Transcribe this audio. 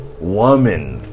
woman